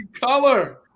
color